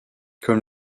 comme